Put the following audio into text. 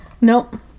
Nope